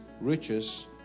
riches